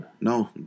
No